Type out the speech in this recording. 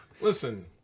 listen